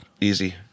Easy